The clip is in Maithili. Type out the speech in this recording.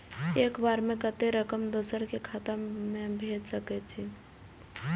एक बार में कतेक रकम दोसर के खाता में भेज सकेछी?